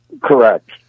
Correct